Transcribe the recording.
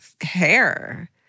hair